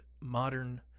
modern